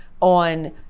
on